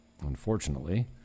unfortunately